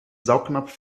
saugnapf